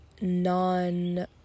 non